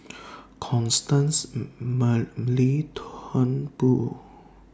Constance Mary Turnbull